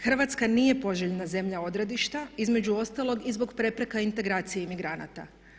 Hrvatska nije poželjna zemlja odredišta, između ostalog i zbog prepreka integracije imigranata.